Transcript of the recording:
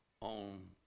on